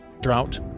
drought